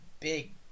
Big